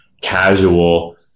casual